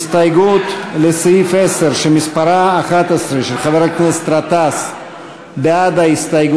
ההסתייגות של חבר הכנסת באסל גטאס לסעיף